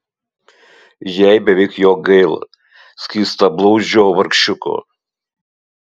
jai beveik jo gaila skystablauzdžio vargšiuko